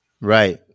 Right